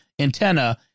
Antenna